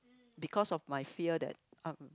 because of my fear that I'm